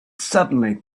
suddenly